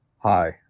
Hi